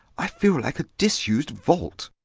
i feel like a disused vault.